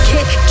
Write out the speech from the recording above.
Kick